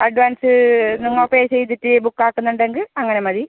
advance നിങ്ങൾ pay ചെയ്തിട്ട് book ആക്കുന്നുണ്ടെങ്കിൽ അങ്ങനെ മതി